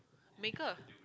maker